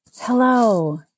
Hello